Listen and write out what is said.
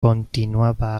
continuava